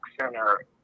center